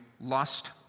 lust